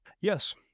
Yes